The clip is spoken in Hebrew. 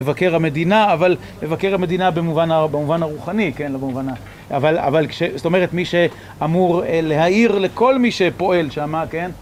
מבקר המדינה, אבל מבקר המדינה במובן הרוחני, כן, לא במובן ה... אבל כש... זאת אומרת מי שאמור להעיר לכל מי שפועל שם, כן?